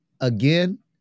again